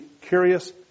curious